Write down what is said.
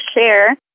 share